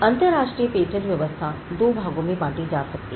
अंतरराष्ट्रीय पेटेंट व्यवस्था दो भागों में बांटी जा सकती है